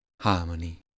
harmony